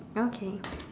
okay